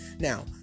Now